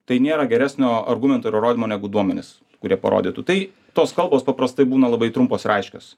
tai nėra geresnio argumento ir įrodymo negu duomenys kurie parodytų tai tos kalbos paprastai būna labai trumpos ir aiškios